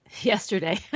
Yesterday